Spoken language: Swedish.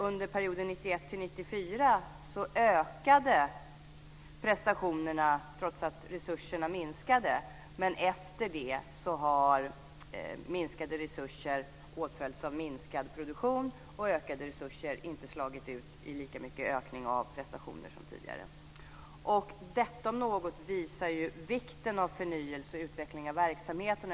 Under perioden 1991-1994 ökade prestationerna trots att resurserna minskade, men efter det har minskade resurser åtföljts av minskad produktion, och ökade resurser har inte gett utslag i lika stor ökning av prestationer som tidigare. Detta om något visar ju vikten av förnyelse och utveckling av verksamheten.